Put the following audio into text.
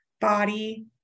body